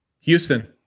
Houston